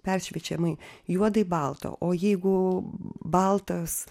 peršviečiamai juodai balta o jeigu baltas